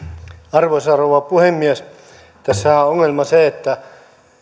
arvoisa rouva puhemies tässähän on ongelma se että